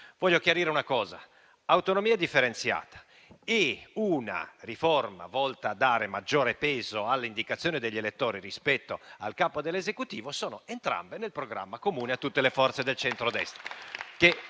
voglio chiarire una cosa: sia l'autonomia differenziata, sia una riforma volta a dare maggiore peso all'indicazione degli elettori rispetto al Capo dell'Esecutivo sono contenute nel programma comune a tutte le forze del centrodestra.